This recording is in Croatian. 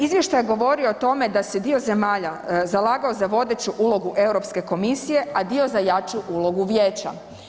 Izvještaj govori o tome da se dio zemalja zalagao za vodeću ulogu EU komisije, a dio za jaču ulogu Vijeća.